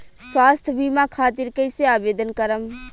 स्वास्थ्य बीमा खातिर कईसे आवेदन करम?